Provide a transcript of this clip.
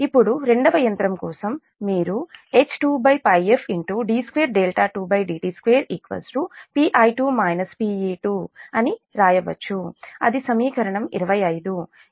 ఇప్పుడు రెండవ యంత్రం కోసం మీరు వ్రాయవచ్చు H2Πf d22dt2 Pi2 - Pe2 అది సమీకరణం 25